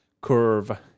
curve